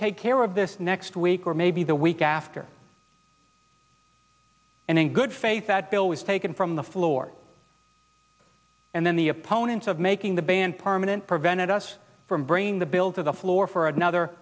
take care of this next week or maybe the week after and in good faith that bill was taken from the floor and then the opponents of making the band permanent prevented us from brain the bill to the floor for another